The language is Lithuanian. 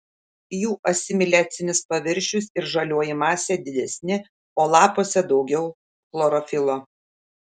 jų asimiliacinis paviršius ir žalioji masė didesni o lapuose daugiau chlorofilo